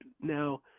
now